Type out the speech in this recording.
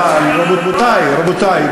רבותי,